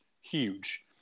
huge